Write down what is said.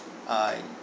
uh